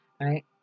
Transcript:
right